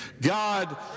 God